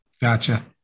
Gotcha